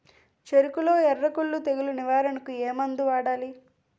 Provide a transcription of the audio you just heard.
చెఱకులో ఎర్రకుళ్ళు తెగులు నివారణకు ఏ మందు వాడాలి?